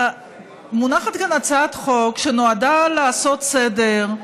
מונחת כאן הצעת חוק שנועדה לעשות סדר,